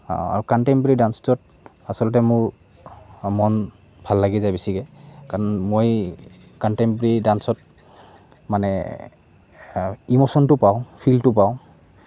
আৰু কণ্টেম্পৰেৰী ডান্সটোত আচলতে মোৰ মন ভাল লাগি যায় বেছিকৈ কাৰণ মই কণ্টেম্পৰেৰী ডান্সত মানে ইমশ্যনটো পাওঁ ফিলটো পাওঁ